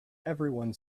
everyone